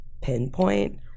pinpoint